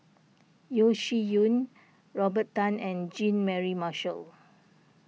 Yeo Shih Yun Robert Tan and Jean Mary Marshall